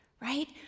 Right